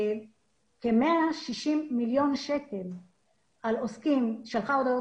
כ-160 מיליון שקלים על עוסקים - שלחה הודעות